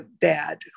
dad